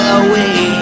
away